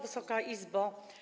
Wysoka Izbo!